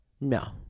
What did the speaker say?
No